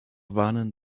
warnen